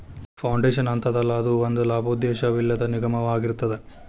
foundation ಅಂತದಲ್ಲಾ, ಅದು ಒಂದ ಲಾಭೋದ್ದೇಶವಿಲ್ಲದ್ ನಿಗಮಾಅಗಿರ್ತದ